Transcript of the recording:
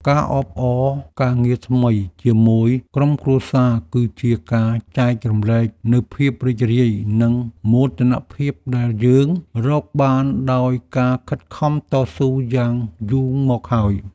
ការអបអរការងារថ្មីជាមួយក្រុមគ្រួសារគឺជាការចែករំលែកនូវភាពរីករាយនិងមោទនភាពដែលយើងរកបានដោយការខិតខំតស៊ូយ៉ាងយូរមកហើយ។